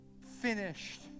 finished